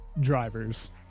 drivers